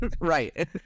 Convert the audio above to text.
Right